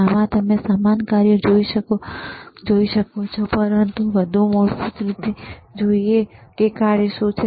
આમાં તમે સમાન કાર્યો જોઈ શકો છો પરંતુ વધુ મૂળભૂત રીતે જોઈએ કે કાર્ય શું છે